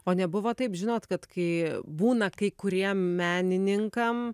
o nebuvo taip žinot kad kai būna kai kurie menininkam